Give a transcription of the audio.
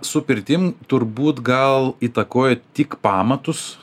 su pirtim turbūt gal įtakoja tik pamatus